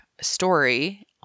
story